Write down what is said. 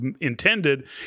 intended